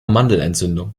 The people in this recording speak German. mandelentzündung